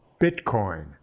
Bitcoin